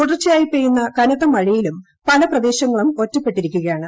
തൂട്ർച്ച്ചയായി പെയ്യുന്ന കനത്ത മഴയിലും പല പ്രദേശങ്ങളും ഒറ്റ്പ്പെട്ടിരിക്കുകയാണ്